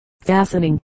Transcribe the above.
fastening